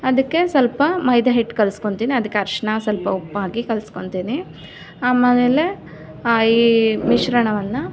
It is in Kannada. ಅದಕ್ಕೆ ಸ್ವಲ್ಪ ಮೈದಾಹಿಟ್ಟು ಕಲ್ಸ್ಕೊಳ್ತೀನಿ ಅದಕ್ಕೆ ಅರಶಿಣ ಸ್ವಲ್ಪ ಉಪ್ಪು ಹಾಕಿ ಕಲ್ಸ್ಕೊಳ್ತೀನಿ ಆಮೇಲೆ ಈ ಮಿಶ್ರಣವನ್ನು